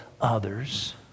others